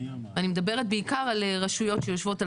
אני מדברת בעיקר על רשויות שיושבות על